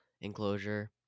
enclosure